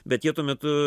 bet jie tuo metu